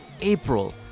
April